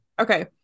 okay